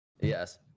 yes